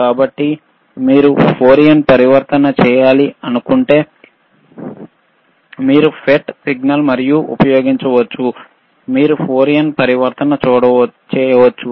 కాబట్టి మీరు ఫోరియర్ పరివర్తన చేయాలనుకుంటే మీరు FFT సిగ్నల్ ఉపయోగించి మీరు ఫోరియర్ పరివర్తన చేయవచ్చు